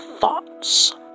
thoughts